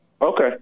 Okay